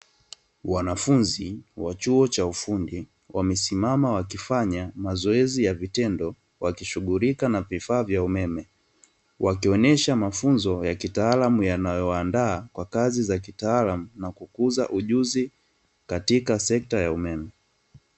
Wanafunzi wa chuo cha ufundi wamesimama wakifanya mazoezi ya vitendo, wakishughulika na vifaa vya umeme. Wakionesha mafunzo ya kitaalamu wanayoandaa kwa kazi za kitaalamu, na kukuza ujuzi katika sekta ya umeme.